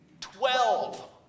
Twelve